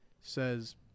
says